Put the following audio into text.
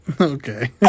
okay